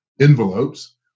envelopes